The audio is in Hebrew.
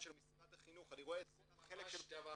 של משרד החינוך --- זה ממש דבר אחרון.